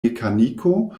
mekaniko